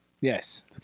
Yes